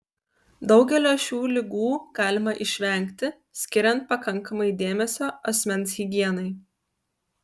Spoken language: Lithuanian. daugelio šių ligų galima išvengti skiriant pakankamai dėmesio asmens higienai